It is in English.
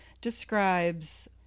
describes